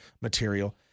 material